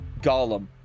gollum